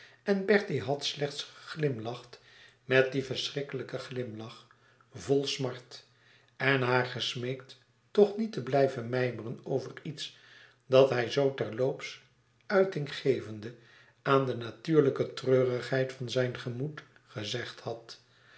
en bertie had slechts geglimlacht met dien verschrikkelijken glimlach vol smart en haar gesmeekt toch niet te blijven mijmeren over iets dat hij zoo terloops uiting gevende aan de natuurlijke treurigheid van zijn gemoed gezegd had